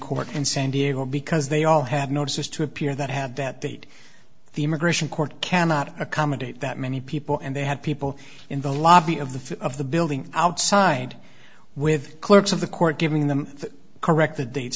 court in san diego because they all have notices to appear that have bet that the immigration court cannot accommodate that many people and they had people in the lobby of the of the building outside with clerks of the court giving them corrected